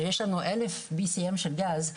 ויש לנו אלף PCM של גז,